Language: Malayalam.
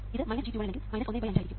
ഇത് g21 അല്ലെങ്കിൽ ⅕ ആയിരിക്കും